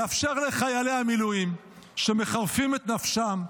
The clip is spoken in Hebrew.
לאפשר לחיילי המילואים שמחרפים את נפשם,